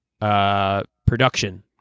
Production